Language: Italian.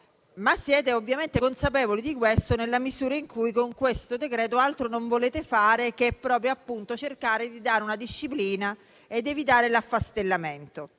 Ma siete ovviamente consapevoli di questo nella misura in cui, con questo decreto, altro non volete fare che, appunto, cercare di dare una disciplina ed evitare l'affastellamento.